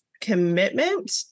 commitment